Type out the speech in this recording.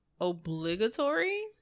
obligatory